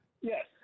Yes